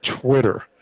Twitter